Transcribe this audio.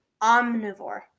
Omnivore